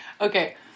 Okay